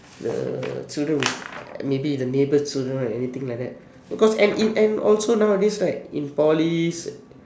the children would maybe the neighbour's children right anything like that because and and also nowadays right in polys